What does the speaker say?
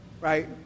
right